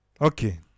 Okay